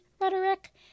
rhetoric